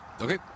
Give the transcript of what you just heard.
Okay